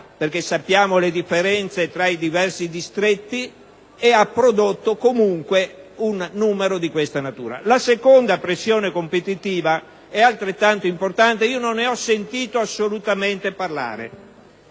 La seconda pressione competitiva è altrettanto importante e non ne ho sentito assolutamente parlare.